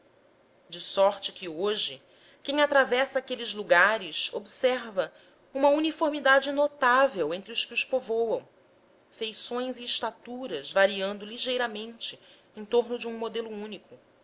de sorte que hoje quem atravessa aqueles lugares observa uma uniformidade notável entre os que os povoam feições e estaturas variando ligeiramente em torno de um modelo único